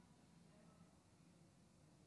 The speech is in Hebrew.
יבואו, אז נוכל